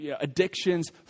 addictions